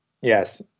Yes